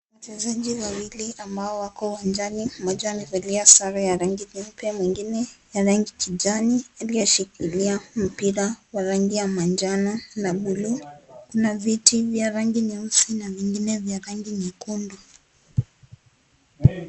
Wachezaji wawili ambao wako uwanjani mmoja amevalia sare ya rangi nyeupe mwingine ya rangi kijani aliyeshikilia mpira wa rangi ya manjano na bluu, kuna viti vya rangi nyeusi na vingine vya rangi nyekundu.